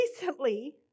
recently